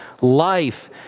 life